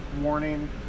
warning